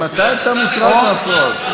ממתי אתה מוטרד מהפרעות?